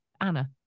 anna